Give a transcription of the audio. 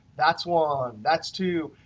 that's one, um that's two.